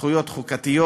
זכויות חוקתיות.